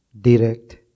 direct